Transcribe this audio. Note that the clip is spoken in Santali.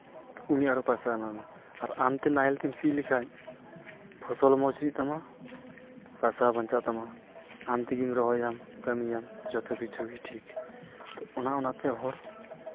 ᱩᱱᱤ ᱟᱨᱚ ᱯᱚᱭᱥᱟ ᱮᱢᱟᱭ ᱢᱮ ᱟᱨ ᱟᱢᱛᱮ ᱱᱟᱦᱮᱞ ᱛᱮᱢ ᱥᱤ ᱞᱮᱠᱷᱟᱱ ᱯᱷᱚᱥᱚᱞ ᱢᱚᱡᱽ ᱦᱩᱭᱩᱜ ᱛᱟᱢᱟ ᱯᱚᱭᱥᱟ ᱦᱚᱸ ᱵᱟᱧᱪᱟᱜ ᱛᱟᱢᱟ ᱟᱢ ᱛᱮᱜᱮᱢ ᱨᱚᱦᱚᱭᱟᱢ ᱠᱟᱹᱢᱤᱭᱟᱢ ᱡᱚᱛᱚ ᱠᱤᱪᱷᱩ ᱜᱮ ᱴᱷᱤᱠ ᱚᱱᱟ ᱚᱱᱟᱛᱮ ᱦᱚᱲ